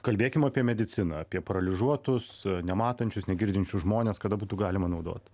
kalbėkim apie mediciną apie paralyžiuotus nematančius negirdinčius žmones kad būtų galima naudot